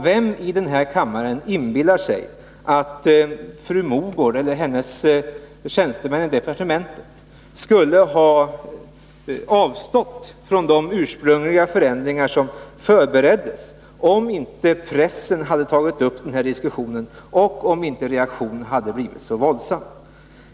Vem i denna kammare inbillar sig att fru Mogård eller hennes tjänstemän i departementet skulle ha avstått från de ursprungliga ändringsförslag som förbereddes, om inte pressen hade tagit upp den här diskussionen och om inte reaktionen hade blivit så våldsam?